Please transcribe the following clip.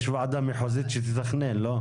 יש ועדה מחוזית שתתכנן, לא?